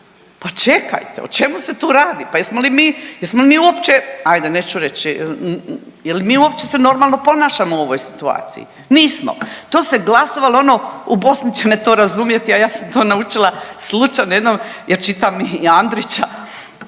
Pa čekajte o čemu se tu radi? Pa jesmo li mi, jesmo li mi uopće ajde neću reći, jel mi uopće se normalno ponašamo u ovoj situaciji? Nismo. To se glasovalo ono, u Bosni će me to razumjeti, a ja sam to načula slučajno jednom jer čitam i Andrića,